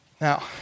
Now